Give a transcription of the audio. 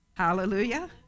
Hallelujah